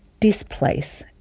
displace